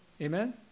Amen